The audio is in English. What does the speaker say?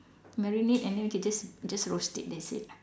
marinate and then we can just just roast it that's it ah